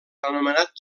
anomenat